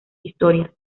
historias